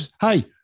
Hey